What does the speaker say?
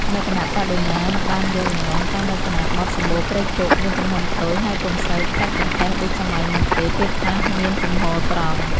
លក្ខណៈបដិមាបានយកលំនាំតាមរចនាបថសម្បូណ៍ព្រៃគុក មានទំហំតូច ហើយពុំសូវកាច់ចង្កេះដូចសម័យមុនទេ ពេលខ្លះមានជំហរត្រង់។